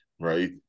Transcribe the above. right